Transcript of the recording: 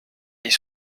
est